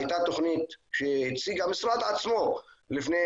הייתה תוכנית שהציג המשרד עצמו לפני